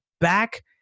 back